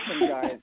guys